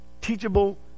teachable